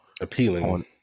Appealing